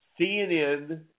CNN